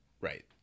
Right